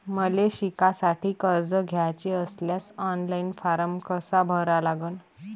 मले शिकासाठी कर्ज घ्याचे असल्यास ऑनलाईन फारम कसा भरा लागन?